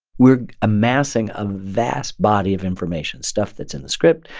we're amassing a vast body of information, stuff that's in the script,